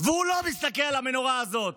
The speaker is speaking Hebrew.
והוא לא מסתכל על הנורה הזאת